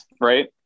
right